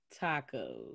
tacos